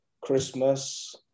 Christmas